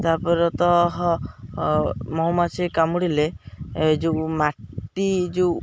ତାପରେ ତଃ ମହୁମାଛି କାମୁଡ଼ିଲେ ଯେଉଁ ମାଟି ଯେଉଁ